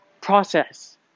Process